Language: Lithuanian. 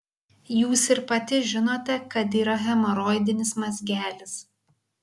jūs ir pati žinote kad yra hemoroidinis mazgelis